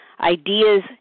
Ideas